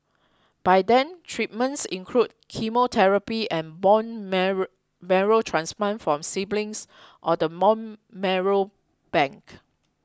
by then treatments include chemotherapy and bone marrow transplants from siblings or the bone marrow bank